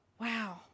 Wow